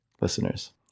listeners